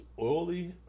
oily